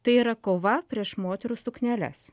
tai yra kova prieš moterų sukneles